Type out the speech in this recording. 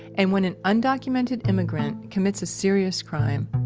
and when an undocumented immigrant commits a serious crime,